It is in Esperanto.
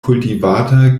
kultivata